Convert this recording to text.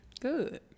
Good